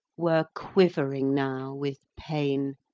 were quivering now with pain